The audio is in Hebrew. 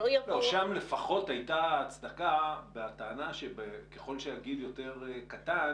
שם לפחות הייתה הצדקה בטענה שככל שהגיל יותר קטן